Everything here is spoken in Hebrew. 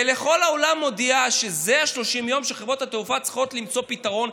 ולכל העולם מודיעה שאלה ה-30 יום שבהם חברות התעופה צריכות למצוא פתרון,